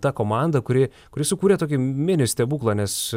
ta komanda kuri kuris sukūrė tokį mini stebuklą nes